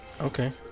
Okay